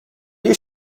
you